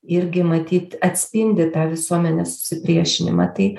irgi matyt atspindi tą visuomenės susipriešinimą tai